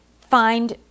find